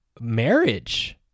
marriage